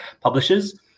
publishers